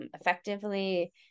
effectively